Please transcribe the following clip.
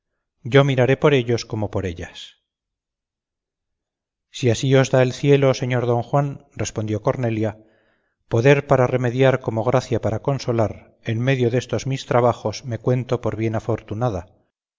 yo miraré por ellos como por ellas si así os da el cielo señor don juan respondió cornelia poder para remediar como gracia para consolar en medio destos mis trabajos me cuento por bien afortunada